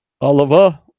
Oliver